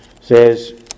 says